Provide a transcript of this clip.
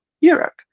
Europe